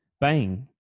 bang